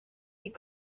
des